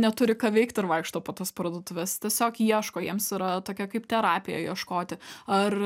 neturi ką veikti ir vaikšto po tas parduotuves tiesiog ieško jiems yra tokia kaip terapija ieškoti ar